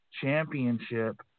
championship